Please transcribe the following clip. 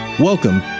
Welcome